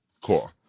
Cool